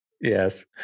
Yes